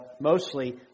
mostly